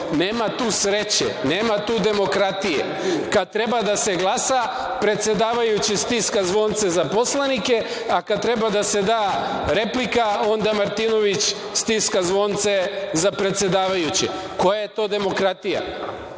Nema tu sreće, nema tu demokratije. Kada treba da se glasa, predsedavajući stiska zvonce za poslanike, a kada treba da se da replika, onda Martinović stiska zvonce za predsedavajućeg. Koja je to demokratija?